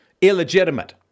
illegitimate